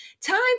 time